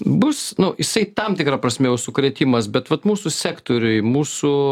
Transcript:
bus nu jisai tam tikra prasme jau sukrėtimas bet vat mūsų sektoriui mūsų